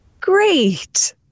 Great